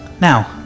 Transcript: now